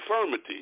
infirmity